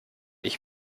ich